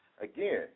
Again